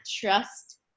trust